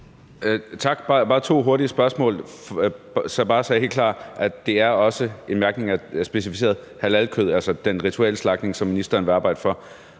har bare to hurtige spørgsmål. Jeg skal bare være helt klar over, at det også specifikt er en mærkning af halalkød, altså den rituelle slagtning, som ministeren vil arbejde for.